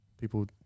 People